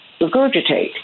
regurgitate